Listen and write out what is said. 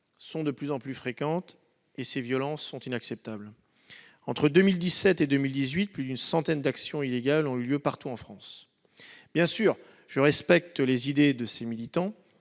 sont de plus en plus fréquentes. Ces violences sont inacceptables. Entre 2017 et 2018, plus d'une centaine d'actions illégales ont eu lieu partout en France. Bien évidemment, je respecte les idées de ces militants,